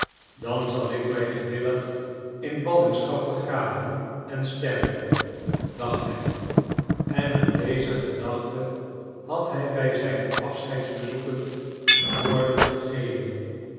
dan zal ik mij gewillig in ballingschap begraven en sterven dacht hij en aan deze gedachte had hij bij een zijner afscheidsbezoeken woorden gegeven